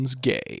gay